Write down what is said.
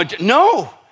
No